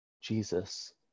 Jesus